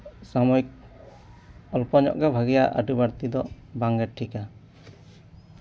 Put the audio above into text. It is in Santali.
ᱥᱟᱢᱚᱭᱤᱠ ᱚᱞᱯᱚ ᱧᱚᱜ ᱜᱮ ᱵᱷᱟᱜᱤᱭᱟ ᱟᱹᱰᱤ ᱵᱟᱹᱲᱛᱤ ᱫᱚ ᱵᱟᱝᱜᱮ ᱴᱷᱤᱠᱼᱟ